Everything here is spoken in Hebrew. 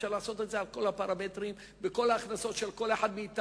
אפשר לעשות את זה על כל הפרמטרים בכל ההכנסות של כל אחד מאתנו,